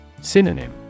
Synonym